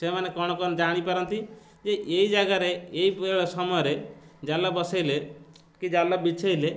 ସେମାନେ କ'ଣ କ'ଣ ଜାଣିପାରନ୍ତି ଯେ ଏଇ ଜାଗାରେ ଏଇ ସମୟରେ ଜାଲ ବସେଇଲେ କି ଜାଲ ବିଛେଇଲେ